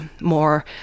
more